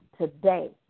today